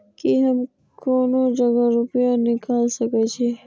की हम कोनो जगह रूपया निकाल सके छी?